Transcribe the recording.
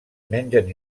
mengen